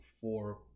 four